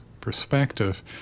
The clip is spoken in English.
perspective